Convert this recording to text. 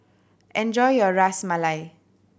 enjoy your Ras Malai